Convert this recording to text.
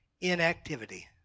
inactivity